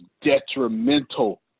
detrimental